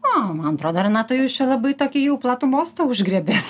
o man atrodo renata jūs čia labai tokį jau platų mostą užgriebėt